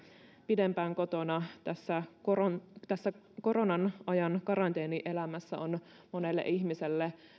pidempään kotona tässä koronan ajan karanteenielämässä on monelle ihmiselle